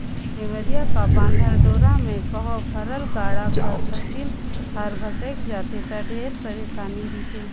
नेवरिया कर बाधल डोरा मे कहो भरल गाड़ा कर फसिल हर भोसेक जाथे ता ढेरे पइरसानी रिथे